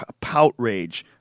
poutrage